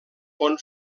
fon